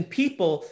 people